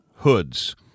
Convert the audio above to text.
hoods